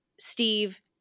Steve